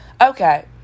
okay